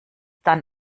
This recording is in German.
dann